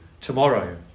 Tomorrow